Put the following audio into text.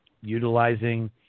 utilizing